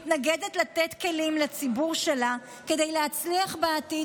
מתנגדת לתת כלים לציבור שלה להצליח בעתיד